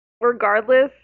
Regardless